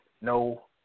No